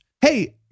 Hey